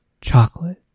chocolate